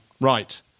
right